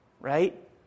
right